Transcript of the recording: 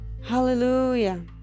Hallelujah